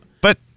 But-